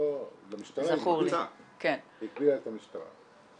היא הגבילה את המשטרה.